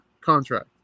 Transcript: contract